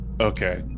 Okay